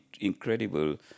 incredible